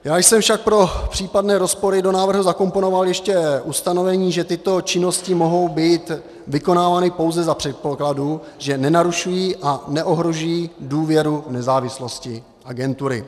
Já jsem však pro případné rozpory do návrhu zakomponoval ještě ustanovení, že tyto činnosti mohou být vykonávány pouze za předpokladu, že nenarušují a neohrožují důvěru nezávislosti agentury.